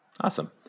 Awesome